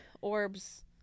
orbs